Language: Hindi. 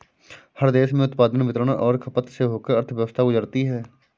हर देश में उत्पादन वितरण और खपत से होकर अर्थव्यवस्था गुजरती है